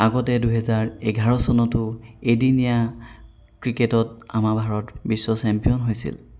আগতে দুহেজাৰ এঘাৰ চনতো এদিনীয়া ক্ৰিকেটত আমাৰ ভাৰত বিশ্ব চেম্পিয়ন হৈছিল